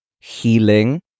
healing